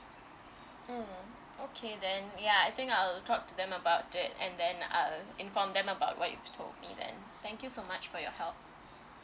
mm okay then ya I think I'll talk to them about it and then um inform them about what you've told me then thank you so much for your help